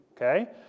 Okay